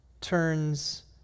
turns